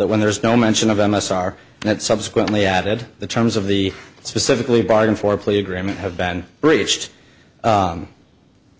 that when there's no mention of m s r and it subsequently added the terms of the specifically bargain for plea agreement have been breached